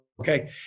okay